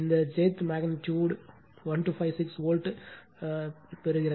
இந்த jth magnitude 1256 volt பெறும்